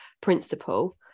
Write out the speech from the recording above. principle